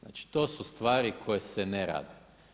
Znači to su stvari koje se ne rade.